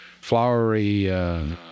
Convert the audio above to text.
flowery